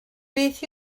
beth